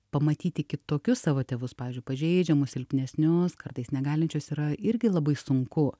pamatyti kitokius savo tėvus pavyzdžiui pažeidžiamus silpnesnius kartais negalinčius yra irgi labai sunku